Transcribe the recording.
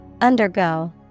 Undergo